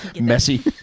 Messy